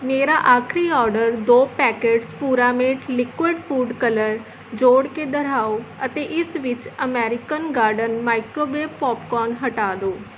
ਮੇਰਾ ਆਖਰੀ ਔਡਰ ਦੋ packets Puramate liquid food colour ਜੋੜ ਕੇ ਦੁਹਰਾਓ ਅਤੇ ਇਸ ਵਿੱਚ ਅਮੈਰੀਕਨ ਗਾਰਡਨ ਮਾਈਕ੍ਰੋਵੇਵ ਪੌਪਕੌਨ ਹਟਾ ਦਿਉ